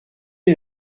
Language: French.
est